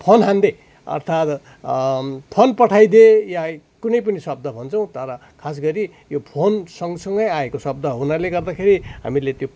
phone हान्दे अर्थात् phone पठाइदे या कुनै पनि शब्द भन्छौँ तर खास गरी यो फोनसँगसँगै आएको शब्द हुनाले गर्दाखेरि हामीले त्यो